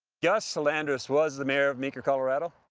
gus halandras was the mayor of meeker, colorado.